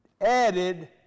added